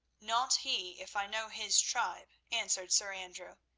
not he, if i know his tribe, answered sir andrew.